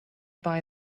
buy